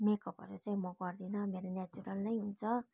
मेकअपहरू चाहिँ म गर्दिनँ मेरो नेचुरल नै हुन्छ